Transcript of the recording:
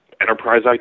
enterprise